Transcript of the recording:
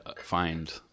find